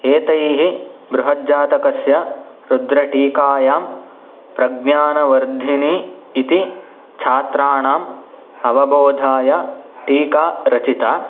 एतैः बृहज्जातकस्य रुद्रटीकायां प्रज्ञानवर्धिनि इति छात्राणाम् अवबोधाय टीका रचिता